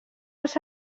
els